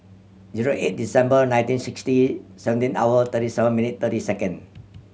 zero eight Deceber nineteen sixty seventeen hour thirty seven minute thirty second